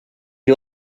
you